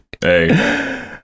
Hey